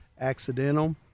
accidental